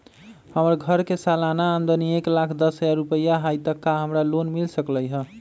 हमर घर के सालाना आमदनी एक लाख दस हजार रुपैया हाई त का हमरा लोन मिल सकलई ह?